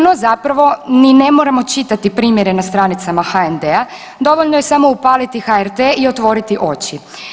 No zapravo ni ne moramo čitati primjere na stranicama HND-a, dovoljno je samo upaliti HRT i otvoriti oči.